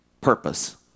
purpose